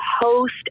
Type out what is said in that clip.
host